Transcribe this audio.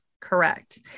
Correct